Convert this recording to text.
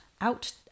out